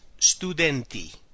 Studenti